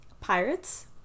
pirates